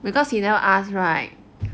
because he never ask right